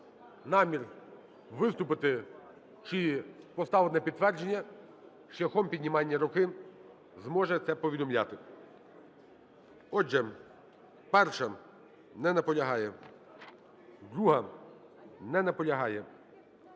намір виступити чи поставити на підтвердження, шляхом піднімання руки зможе це повідомляти. Отже, 1-а. Не наполягає. 2-а. Не наполягає.